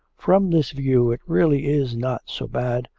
from this view it really is not so bad,